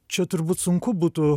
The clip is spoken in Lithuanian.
čia turbūt sunku būtų